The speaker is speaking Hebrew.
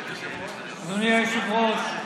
אדוני היושב-ראש,